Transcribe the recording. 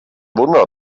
wunder